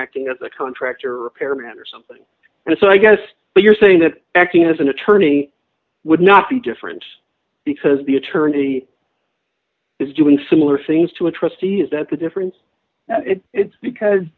acting as a contractor repairman or something and so i guess what you're saying that acting as an attorney would not be different because the attorney is doing similar things to a trustee is that the difference it's because